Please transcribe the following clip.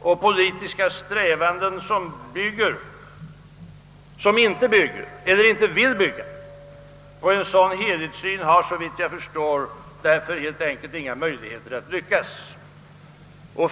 Och politiska strävanden som inte bygger eller inte vill bygga på en sådan helhetssyn har alltså helt enkelt inga möjligheter att lyckas.